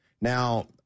Now